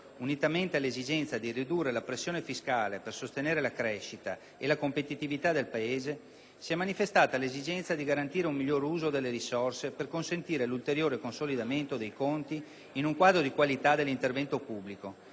unitamente all'esigenza di ridurre la pressione fiscale per sostenere la crescita e la competitività del Paese, si è manifestata l'esigenza di garantire un migliore uso delle risorse per consentire l'ulteriore consolidamento dei conti in un quadro di «qualità dell'intervento pubblico».